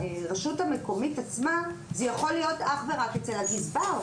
הרשות המקומית עצמה זה יכול להיות אך ורק אצל הגזבר.